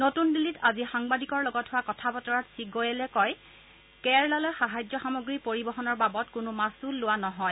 নতুন দিল্লীত আজি সাংবাদিকৰ লগত হোৱা কথা বতৰাত শ্ৰী গোৱেলে কয় কেৰালালৈ সাহায্য সামগ্ৰী পৰিবহনৰ বাবদ কোনো মাচুল লোৱা নহয়